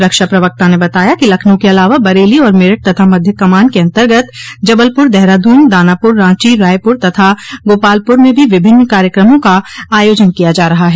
रक्षा प्रवक्ता ने बताया कि लखनऊ के अलावा बरेली और मेरठ तथा मध्य कमान के अन्तर्गत जबलपुर देहरादून दानापुर रांची रायपुर तथा गोपालपुर में भी विभिन्न कार्यक्रमों का आयोजन किया जा रहा है